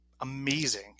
amazing